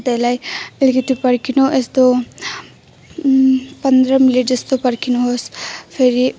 त्यसलाई अलिकति पर्खिनु यस्तो पन्ध्र मिनट जस्तो पर्खिनुहोस् फेरि